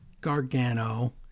Gargano